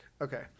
Okay